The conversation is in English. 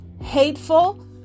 hateful